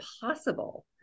possible